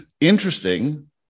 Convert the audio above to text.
interesting